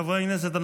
חברי הכנסת,